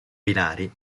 binari